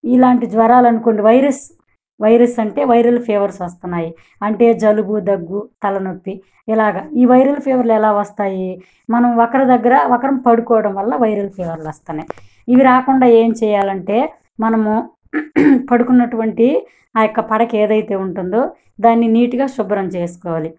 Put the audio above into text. ఇలాంటి జ్వరాలు అనుకోండి వైరస్ వైరస్ అంటే వైరల్ ఫీవర్స్ వస్తున్నాయి అంటే జలుబు దగ్గు తలనొప్పి ఇలాగా ఈ వైరల్ ఫీవర్లు ఎలా వస్తాయి మనం ఒకరి దగ్గర ఒకరం పడుకోవడం వల్ల వైరల్ ఫీవర్లు వస్తున్నాయి ఇవి రాకుండా ఏం చేయాలి అంటే మనము పడుకున్నటువంటి ఆయొక్క పడక ఏదైతే ఉంటుందో దాన్ని నీట్గా శుభ్రం చేసుకోవాలి